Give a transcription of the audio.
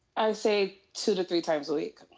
say two to three times a week.